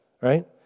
right